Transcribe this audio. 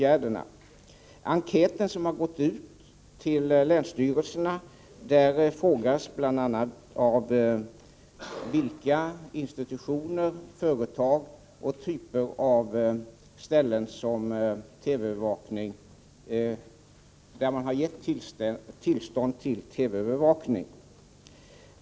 I den enkät som har gått ut till länsstyrelserna frågas bl.a. vilka institutioner, företag och typer av ställen som har givits tillstånd till TV-övervakning.